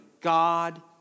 God